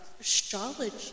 astrology